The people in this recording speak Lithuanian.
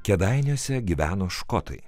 kėdainiuose gyveno škotai